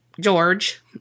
George